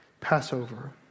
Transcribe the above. Passover